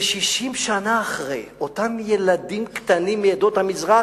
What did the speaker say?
ו-60 שנה אחרי, אותם ילדים קטנים מעדות המזרח,